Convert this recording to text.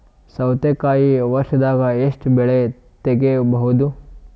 ಸೌತಿಕಾಯಿ ವರ್ಷದಾಗ್ ಎಷ್ಟ್ ಬೆಳೆ ತೆಗೆಯಬಹುದು?